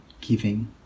giving